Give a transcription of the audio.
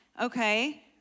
okay